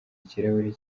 ikirahuri